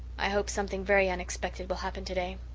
i hope something very unexpected will happen today,